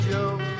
Joe